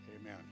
Amen